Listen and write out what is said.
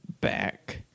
back